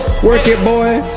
work it boy!